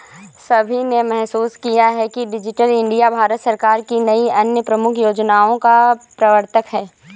सभी ने महसूस किया है कि डिजिटल इंडिया भारत सरकार की कई अन्य प्रमुख योजनाओं का प्रवर्तक है